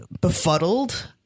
befuddled